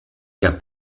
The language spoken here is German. der